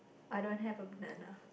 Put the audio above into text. I don't have a banana